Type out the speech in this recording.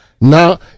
Now